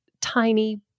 tiny